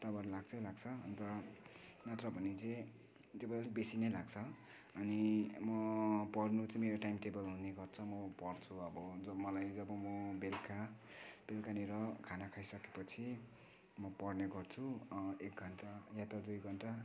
हप्ताभर लाग्छै लाग्छ अन्त नत्र भने चाहिँ त्योभन्दा अलिक बेसी नै लाग्छ अनि म पढ्नु चाहिँ मेरो टाइम टेबल हुने गर्छ म पढ्छु अब जब मलाई जब म बेलुका बेलकानिर खाना खाइसकेपछि म पढ्ने गर्छु एक घन्टा या त दुई घन्टा